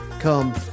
Come